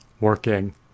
working